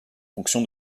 fonction